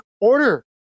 order